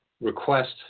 request